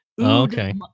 Okay